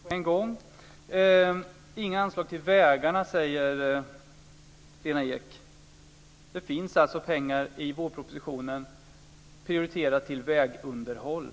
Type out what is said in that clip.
Herr talman! Det var mycket på en gång. Lena Ek säger att det inte blir något anslag till vägarna. Men det finns pengar i vårpropositionen som prioriteras för vägunderhåll. Lena Ek talar om